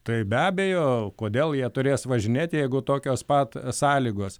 tai be abejo kodėl jie turės važinėti jeigu tokios pat sąlygos